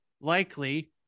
likely